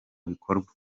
bikorwa